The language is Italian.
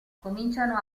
cominciano